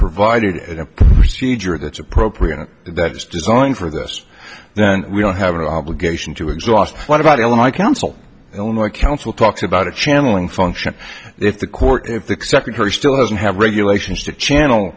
provided a procedure that's appropriate and that's designed for us then we don't have an obligation to exhaust what about ellen my counsel eleanor counsel talks about a channeling function if the court if the secretary still doesn't have regulations to channel